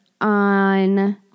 on